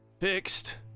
fixed